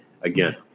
again